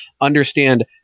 understand